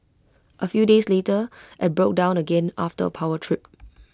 A few days later IT broke down again after A power trip